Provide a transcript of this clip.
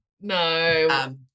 no